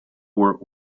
were